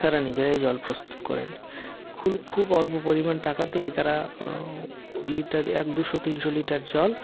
তারা নিজেরাই জল প্রস্তুত করেন খুব অল্প পরিমাণ টাকাতেই তারা লিটারে এক দুশো তিনশো লিটার জল